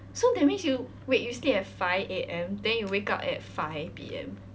so that means you wait you sleep at five A_M than you wake up at five P_M